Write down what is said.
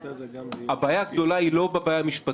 הבעיה הגדולה היא לא בעיה משפטית,